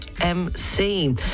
MC